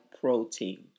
protein